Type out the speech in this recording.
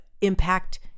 impact